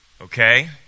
Okay